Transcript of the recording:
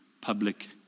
public